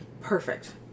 perfect